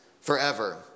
forever